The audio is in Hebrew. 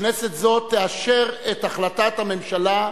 וכנסת זו תאשר את החלטת הממשלה,